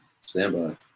Standby